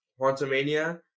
*Quantumania*